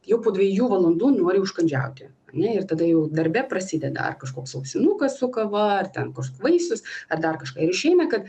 jau po dviejų valandų nori užkandžiauti ane ir tada jau darbe prasideda ar kažkoks ausinukas su kava ar ten kažkok vaisius ar dar kažką ir išeina kad